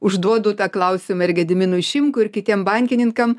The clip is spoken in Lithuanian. užduodu tą klausimą ir gediminui šimkui ir kitiem bankininkam